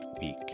week